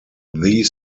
these